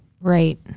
Right